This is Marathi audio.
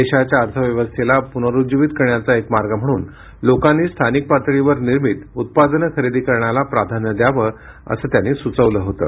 देशाच्या अर्थव्यवस्थेला पुनरूज्जीवित करण्याचा एक मार्ग म्हणून लोकांनी स्थानिक पातळीवर निर्मित उत्पादनं खरेदी करण्याला प्राधान्य द्यावं असं त्यांनी सुचवलं होतं